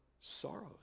sorrows